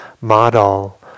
model